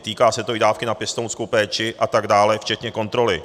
Týká se to i dávky na pěstounskou péči a tak dále, včetně kontroly.